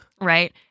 right